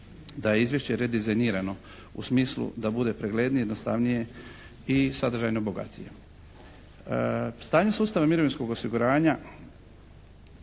da je izvješće redizajnirano u smislu da bude preglednije, jednostavnije i sadržajno bogatije. Stanje sustava mirovinskog osiguranja